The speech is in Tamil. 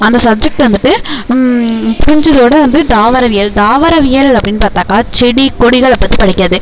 அந்த சப்ஜெக்ட் வந்துட்டு வந்து தாவரவியல் தாவரவியல் அப்படின்னு பார்த்தாக்கா செடிக் கொடிகளை பற்றி படிக்கிறது